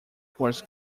words